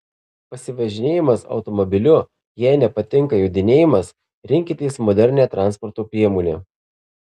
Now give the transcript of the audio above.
pasivažinėjimas automobiliu jei nepatinka jodinėjimas rinkitės modernią transporto priemonę